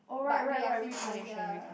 but we are free thinkers ya